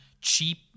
cheap